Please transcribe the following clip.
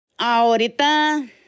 Ahorita